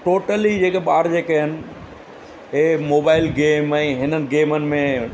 total ई जेके ॿार जेके आहिनि हे मोबाइल गेम ऐं हिननि गेमियुनि में